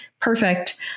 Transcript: perfect